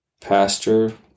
pastor